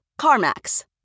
CarMax